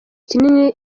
kinini